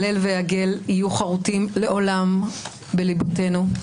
הלל ויגל יהיו חרוטים לעולם בליבותיו,